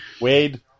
Wade